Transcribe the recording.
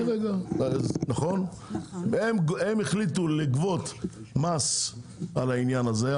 הם החליטו לגבות מס על העניין הזה,